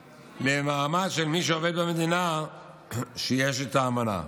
למעמד של מי שעובד במדינה שיש איתה אמנה,